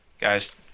Guys